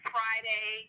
Friday